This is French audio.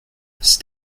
cet